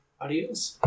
Adios